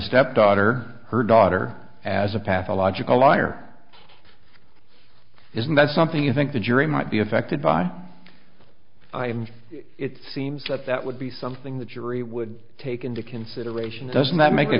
stepdaughter her daughter as a pathological liar isn't that something you think the jury might be affected by it seems that that would be something the jury would take into consideration doesn't that make